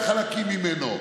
על חלקים ממנו.